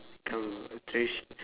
traditio~